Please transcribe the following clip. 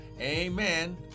amen